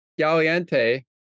Galiente